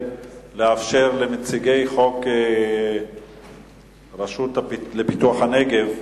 לאפשר למציגי חוק הרשות לפיתוח הנגב,